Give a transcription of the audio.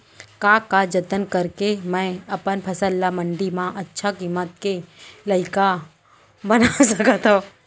का का जतन करके मैं अपन फसल ला मण्डी मा अच्छा किम्मत के लाइक बना सकत हव?